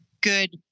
good